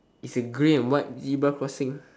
its a gray and white zebra crossing